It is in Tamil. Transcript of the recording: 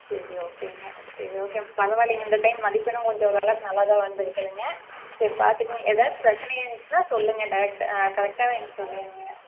சரி ஓகேங்க ம் சரி ஓகே பரவாயில்லைங்க இந்த டைம் மதிப்பெண்ணும் கொஞ்சம் ஓர் அளவுக்கு நல்லா தான் வந்திருக்குதுங்க சரி பார்த்துக்கங்க எதாச்சும் பிரச்சினையா இருந்துச்சுன்னால் சொல்லுங்கள் டேரெக்டாக ஆ கரெக்டாக என்கிட்ட சொல்லிடுங்க